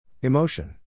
Emotion